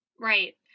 Right